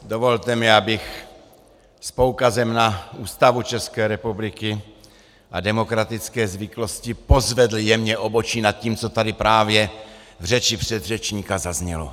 Dovolte mi, abych s poukazem na Ústavu České republiky a demokratické zvyklosti pozvedl jemně obočí nad tím, co tady právě v řeči předřečníka zaznělo.